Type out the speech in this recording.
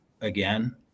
again